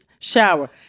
Shower